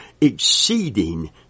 exceeding